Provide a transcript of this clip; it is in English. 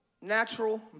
natural